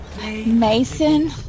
Mason